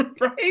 right